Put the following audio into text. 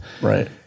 Right